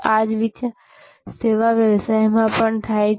આ જ વિચાર સેવા વ્યવસાયમાં પણ થાય છે